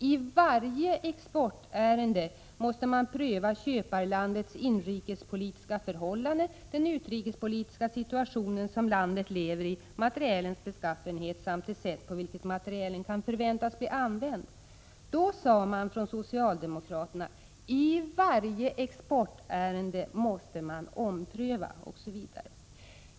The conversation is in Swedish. I varje exportärende måste man pröva köparlandets inrikespolitiska förhållanden, den utrikespolitiska situationen som landet lever i, materielens beskaffenhet samt det sätt på vilket materielen kan förväntas bli använd.” Då sade alltså socialdemokraterna: I varje exportärende måste man pröva på nytt.